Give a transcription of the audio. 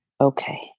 okay